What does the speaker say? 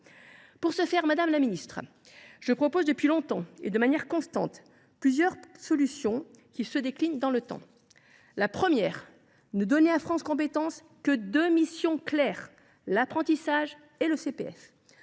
Pour ce faire, madame la ministre, je propose depuis longtemps et de manière constante plusieurs solutions qui se déclinent dans le temps. Premièrement, il convient de ne donner à France Compétences que deux missions claires : l’apprentissage et le CPF.